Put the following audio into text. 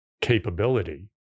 capability